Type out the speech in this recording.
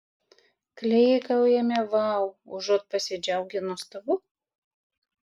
klykaujame vau užuot pasidžiaugę nuostabu